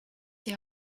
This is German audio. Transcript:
die